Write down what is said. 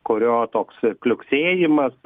kurio toks kliuksėjimas